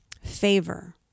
favor